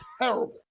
terrible